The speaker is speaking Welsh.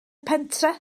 pentre